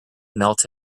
melt